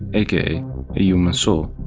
aka a human soul.